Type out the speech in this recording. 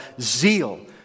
zeal